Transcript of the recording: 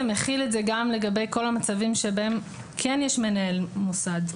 מחיל את זה גם לגבי כל המצבים שבהם כן יש מנהל מוסד,